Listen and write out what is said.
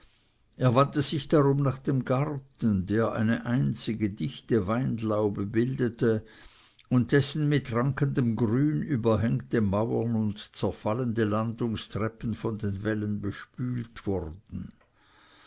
er wandte sich darum nach dem garten der eine einzige dichte weinlaube bildete und dessen mit rankendem grün überhängte mauern und zerfallende landungstreppen von den wellen bespült wurden